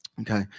Okay